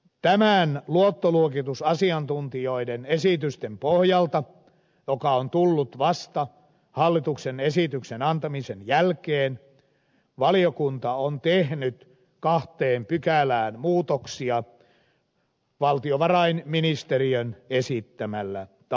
tämän luottoluokitusasiantuntijoiden esityksen pohjalta joka on tullut vasta hallituksen esityksen antamisen jälkeen valiokunta on tehnyt kahteen pykälään muutoksia valtiovarainministeriön esittämällä tavalla